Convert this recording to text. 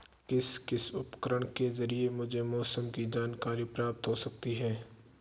किस किस उपकरण के ज़रिए मुझे मौसम की जानकारी प्राप्त हो सकती है?